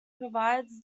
provides